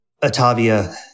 Atavia